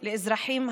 נא לצאת מהאולם.